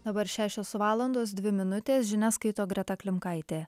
dabar šešios valandos dvi minutės žinias skaito greta klimkaitė